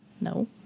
No